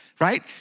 right